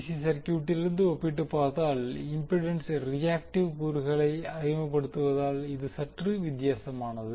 C சர்கியூட்டிலிருந்து ஒப்பிட்டுப் பார்த்தால் இம்பிடன்சில் ரியாக்டிவ் கூறுகளை அறிமுகப்படுத்துவதால் இது சற்று வித்தியாசமானது